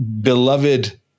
beloved